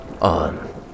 On